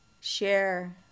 share